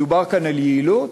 מדובר כאן על יעילות?